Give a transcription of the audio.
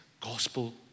gospel